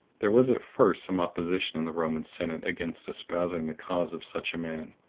there was at first some opposition in the roman senate against espousing the cause of such a man,